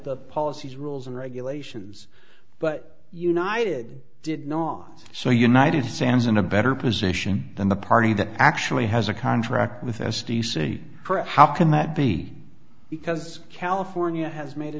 the policies rules and regulations but united did not so united sam's in a better position than the party that actually has a contract with s t c for how can that be because california has made a